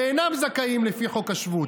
שאינם זכאים לפי חוק השבות.